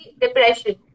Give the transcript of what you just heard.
depression